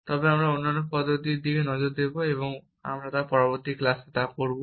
তবে আমরা অন্যান্য পদ্ধতির দিকে নজর দেব এবং আমরা পরবর্তী ক্লাসে তা করব